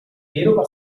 výroba